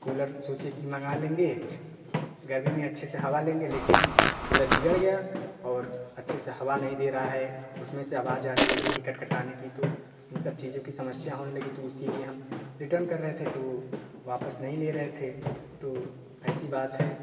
cooler सोचे की मंगा लेंगे गर्मी में अच्छे से हवा लेंगे लेकिन कूलर बिगड़ गया और अच्छे से हवा नहीं दे रहा है उसमें से आवाज़ आने लगी थी कटकटाने की तो यह सब चीज़ों की समस्या होने लगी तो इसीलिए हम रिटर्न कर रहे थे तो वापस नहीं ले रहे थे तो ऐसी बात हैं